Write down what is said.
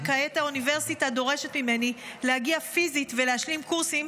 וכעת האוניברסיטה דורשת ממני להגיע פיזית ולהשלים קורסים,